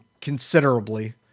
considerably